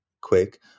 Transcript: quick